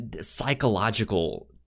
psychological